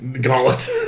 gauntlet